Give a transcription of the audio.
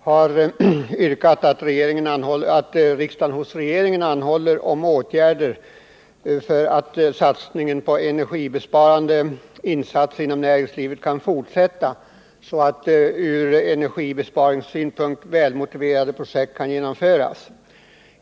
har yrkat att riksdagen hos regeringen anhåller att åtgärder vidtas för att satsningar på energisparande åtgärder inom näringslivet skall kunna fortsätta, så att ur energibesparingssynpunkt välmotiverade projekt kan genomföras.